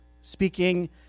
speaking